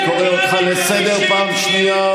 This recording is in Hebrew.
אני קורא אותך לסדר פעם שנייה.